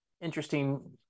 interesting